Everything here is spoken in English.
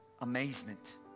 amazement